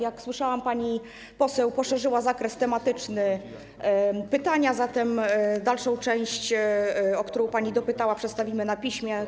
Jak słyszałam, pani poseł poszerzyła zakres tematyczny pytania, zatem dalszą część, o którą pani dopytała, przedstawimy na piśmie.